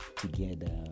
together